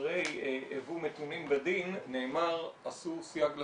אחרי "הוו מתונים בדין" נאמר "עשו סייג לתורה".